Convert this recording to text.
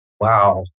wow